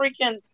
freaking